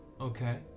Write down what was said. Okay